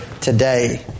today